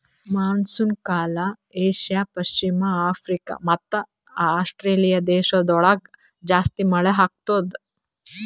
monsoon ಕಾಲ Asia, ಪಶ್ಚಿಮ Africa ಮತ್ತ ಆಸ್ಟ್ರೇಲಿಯಾ ದೇಶಗೊಳ್ದಾಗ್ ಜಾಸ್ತಿ ಮಳೆ ಆತ್ತುದ್